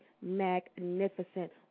magnificent